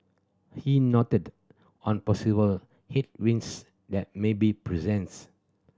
he noted on possible headwinds that may be presents